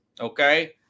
okay